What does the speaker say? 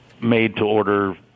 made-to-order